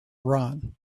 run